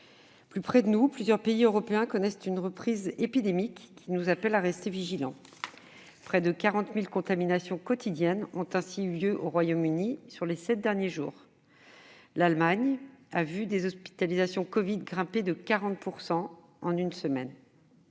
Plus près de nous, plusieurs pays européens connaissent une reprise épidémique qui nous appelle à rester vigilants. Près de 40 000 contaminations quotidiennes ont ainsi été recensées au Royaume-Uni sur les sept derniers jours. L'Allemagne a vu les hospitalisations liées à la covid-19 grimper de 40 % en une semaine.